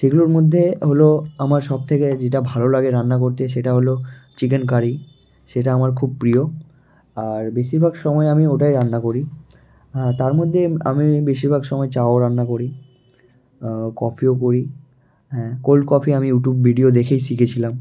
সেগুলোর মধ্যে হলো আমার সবথেকে যেটা ভালো লাগে রান্না করতে সেটা হলো চিকেন কারি সেটা আমার খুব প্রিয় আর বেশিরভাগ সময় আমি ওটাই রান্না করি তার মধ্যে বেশিরভাগ সময় চাও রান্না করি কফিও করি হ্যাঁ কোল্ড কফি আমি ইউটিউব ভিডিও দেখেই শিখেছিলাম